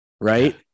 Right